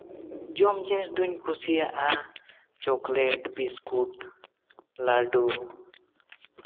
ᱡᱚᱢ ᱡᱤᱱᱤᱥ ᱫᱚᱧ ᱠᱩᱥᱤᱭᱟᱜᱼᱟ ᱪᱚᱠᱞᱮᱴ ᱵᱤᱥᱠᱩᱴ ᱞᱟᱹᱰᱩ